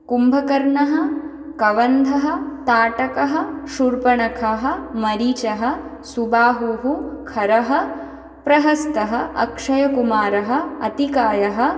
कुम्भकर्णः कबन्धः ताटकः शूर्पणखाः मरीचः सुबाहुः खरः प्रहस्तः अक्षयकुमारः अतिकायः